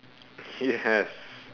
yes